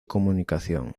comunicación